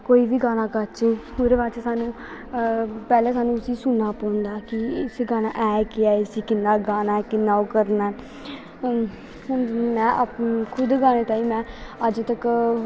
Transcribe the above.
कोई बी गाना गाच्चे ओह्दे बाच सानूं पैह्लें सानूं उस्सी सुनना पौंदा कि इस गाना हे केह् ऐ इस्सी किन्ना गाना किन्ना ओह् करना ऐ हून में आपूं खुद गाने ताईं में अज्ज तक